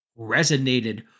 resonated